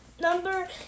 Number